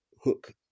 hook